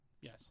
Yes